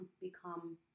become